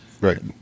right